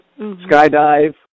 skydive